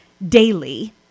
daily